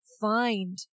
find